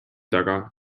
taga